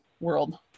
world